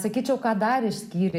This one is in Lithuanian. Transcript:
sakyčiau ką darė išskyrė